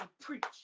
preach